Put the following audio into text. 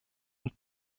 und